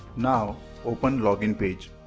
now open login page.